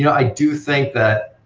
you know i do think that,